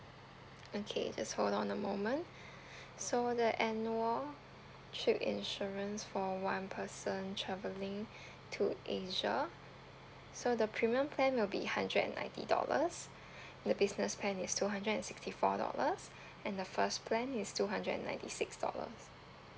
okay just hold on a moment so the annual trip insurance for one person travelling to asia so the premium plan will be hundred and ninety dollars the business plan is two hundred and sixty four dollars and the first plan is two hundred and ninety six dollars